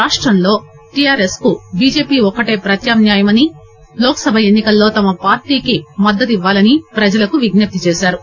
రాష్టంలో టిఆర్ఎస్ కు బిజెపి ఒక్కటే ప్రత్యామ్నాయని లోక్ సభ ఎన్ని కల్లో తమ పార్టీకి మద్గతు ఇవ్వాలని ప్రజలకు విజ్జప్తి చేశారు